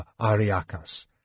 Ariakas